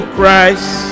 Christ